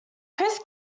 chris